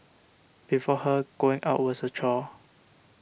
before her going out was a chore